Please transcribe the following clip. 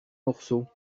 morceaux